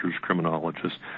criminologists